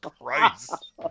christ